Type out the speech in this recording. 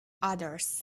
others